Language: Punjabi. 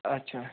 ਅੱਛਾ